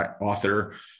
author